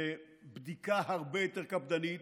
לבדיקה הרבה יותר קפדנית,